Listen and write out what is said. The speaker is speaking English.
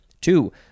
Two